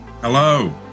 Hello